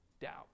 doubt